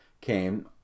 came